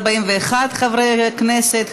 41 חברי כנסת,